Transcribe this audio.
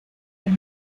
del